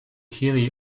healy